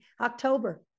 October